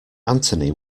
anthony